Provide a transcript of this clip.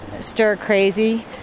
stir-crazy